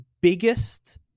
biggest